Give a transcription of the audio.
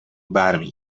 برمی